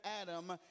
Adam